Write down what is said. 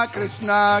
Krishna